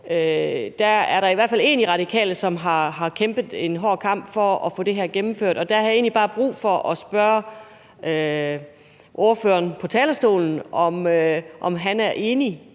er i hvert fald, at der er én i Radikale, som har kæmpet en hård kamp for at få det her gennemført. Der har jeg egentlig bare brug for at spørge ordføreren på talerstolen, om han også er enig